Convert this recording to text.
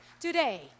today